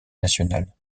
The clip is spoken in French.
nationale